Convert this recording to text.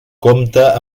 compta